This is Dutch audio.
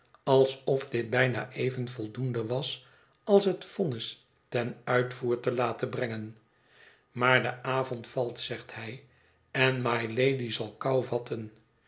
alsof dit bijna even voldoende was als het vonnis ten uitvoer te laten brengen maar de avond valt zegt hij en mylady zal kou vatten